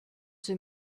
the